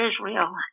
Israel